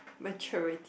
maturity